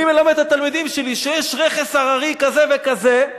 אני מלמד את התלמידים שלי שיש רכס הררי כזה וכזה,